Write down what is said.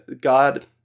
God